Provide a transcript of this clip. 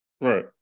Right